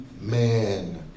man